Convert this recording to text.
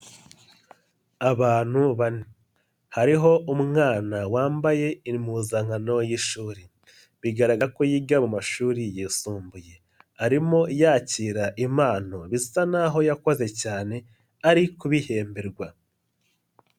Abantu bane hariho umwana wambaye impuzankano y'ishuri, bigaragaza ko yiga mu mashuri yisumbuye, arimo yakira impano bisa n'aho yakoze cyane ari kubihemberwa.